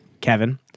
Kevin